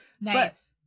Nice